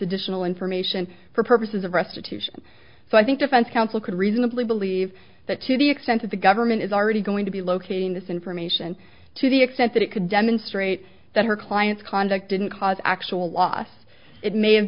additional information for purposes of restitution so i think defense counsel could reasonably believe that to the extent that the government is already going to be locating this information to the extent that it could demonstrate that her client's conduct didn't cause actual loss it may have